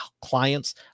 clients